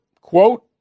quote